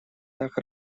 так